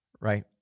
Right